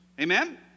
Amen